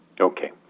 Okay